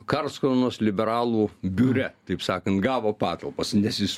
karlskronos liberalų biure taip sakant gavo patalpas nes jis